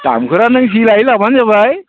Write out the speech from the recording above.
दामखौला नों जि लायो लाबानो जाबाय